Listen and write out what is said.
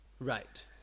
Right